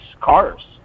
cars